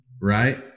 right